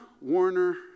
Warner